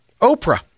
Oprah